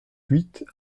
huit